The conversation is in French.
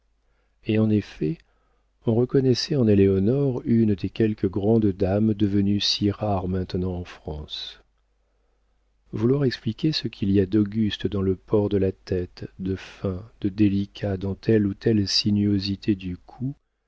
et en effet on reconnaissait en éléonore une des quelques grandes dames devenues si rares maintenant en france vouloir expliquer ce qu'il y a d'auguste dans le port de la tête de fin de délicat dans telle ou telle sinuosité du